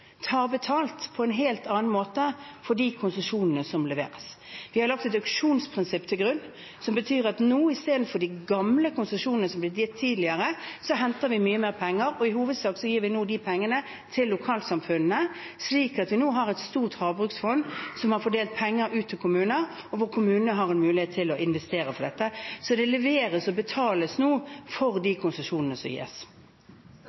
betalt på en helt annen måte for de konsesjonene som leveres. Vi har lagt et auksjonsprinsipp til grunn, som betyr at vi nå – istedenfor de gamle konsesjonene, som er blitt gitt tidligere – henter mye mer penger, og i hovedsak gir vi nå de pengene til lokalsamfunnene. Vi har nå et stort havbruksfond, som har fordelt penger ut til kommuner, og hvor kommunene har en mulighet til å investere for dette. Så det leveres og betales nå for